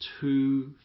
two